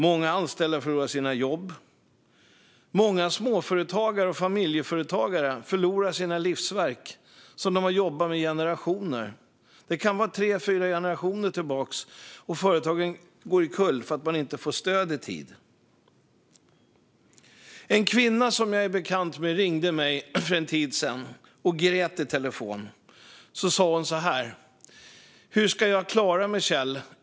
Många anställda förlorar sina jobb. Många småföretagare och familjeföretagare förlorar sina livsverk som de har jobbat med i generationer. De kan gå tre fyra generationer tillbaka, och företagen går omkull för att de inte får stöd i tid. En kvinna som jag är bekant med ringde mig för en tid sedan och grät i telefon. Hon sa: Hur ska jag klara mig, Kjell?